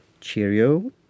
cheerio